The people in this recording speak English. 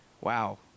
Wow